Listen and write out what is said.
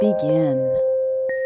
begin